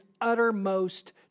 uttermost